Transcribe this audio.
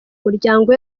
muryango